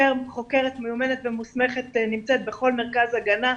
חוקרת מיומנת ומוסמכת נמצאת בכל מרכז הגנה.